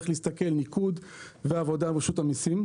איך להסתכל על ניקוד ועל עבודה עם רשות המיסים.